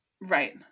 Right